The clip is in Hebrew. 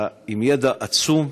אתה עם ידע עצום,